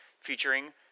featuring